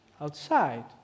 outside